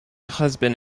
husband